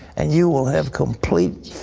and you will have complete